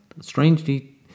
Strangely